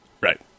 Right